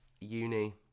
uni